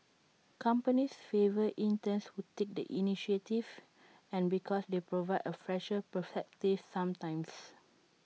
companies favour interns who take the initiative and because they provide A fresher perspective sometimes